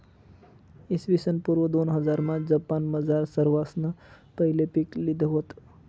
इसवीसन पूर्व दोनहजारमा जपानमझार सरवासमा पहिले पीक लिधं व्हतं